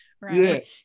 Right